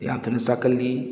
ꯌꯥꯝ ꯊꯨꯅ ꯆꯥꯛꯀꯜꯂꯤ